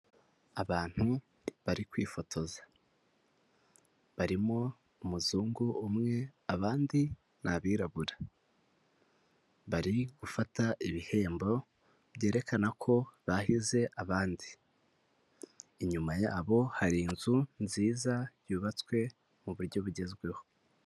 Abantu bari kwifotoza, barimo umuzungu umwe abandi ni abirabura, bari gufata ibihembo byerekana ko bahize abandi. Inyuma yabo hari inzu nziza yubatswe mu buryo bugezweho.